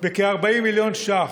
ב-40 מיליון ש"ח,